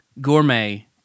Gourmet